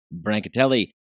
Brancatelli